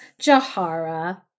Jahara